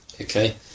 Okay